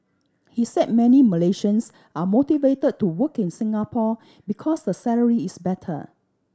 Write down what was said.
he said many Malaysians are motivated to work in Singapore because the salary is better